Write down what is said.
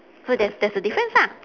so there's there's a difference ah